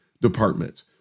departments